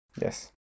yes